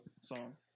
song